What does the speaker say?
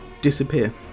disappear